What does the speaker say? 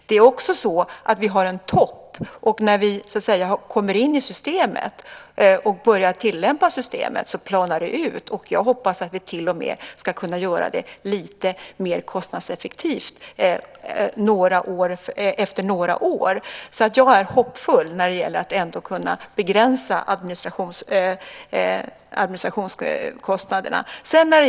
Det finns också en topp, och när vi kommer in i systemet och börjar tillämpa det, så planar det hela ut. Jag hoppas att vi till och med ska kunna göra det lite mer kostnadseffektivt efter några år. Jag är hoppfull om att kunna begränsa administrationskostnaderna.